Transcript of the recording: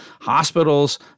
Hospitals